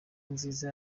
nziza